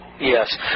Yes